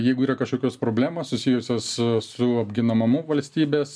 jeigu yra kažkokios problemos susijusios su apginamumu valstybės